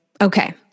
okay